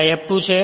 આ F2 છે